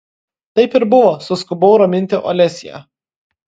taip ir buvo suskubau raminti olesią